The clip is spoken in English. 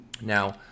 Now